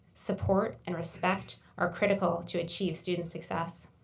support, and respect are critical to achieve student success.